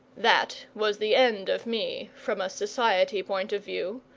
that was the end of me, from a society point of view.